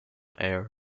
air